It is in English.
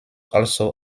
also